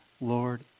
Lord